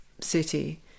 city